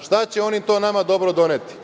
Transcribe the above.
Šta će oni to nama dobro doneti?